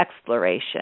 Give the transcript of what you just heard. exploration